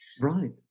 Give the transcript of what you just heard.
Right